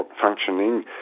functioning